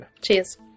Cheers